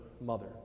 mother